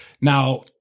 Now